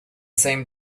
same